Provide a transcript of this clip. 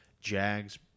Jags